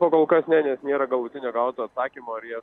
pa kol kas ne nes nėra galutinio gauto atsakymo ar jie